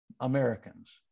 Americans